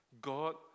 God